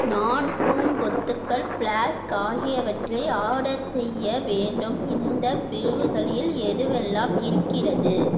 நான் பூங்கொத்துக்கள் ஃப்ளாஸ்க் ஆகியவற்றை ஆர்டர் செய்ய வேண்டும் இந்தப் பிரிவுகளில் எதுவெல்லாம் இருக்கிறது